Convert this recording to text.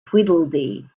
tweedledee